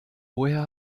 woher